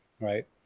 right